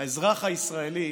האזרח הישראלי